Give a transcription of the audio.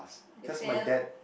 you failed